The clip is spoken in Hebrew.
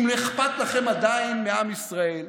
אם אכפת לכם עדיין מעם ישראל,